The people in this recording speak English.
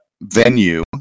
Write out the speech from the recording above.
venue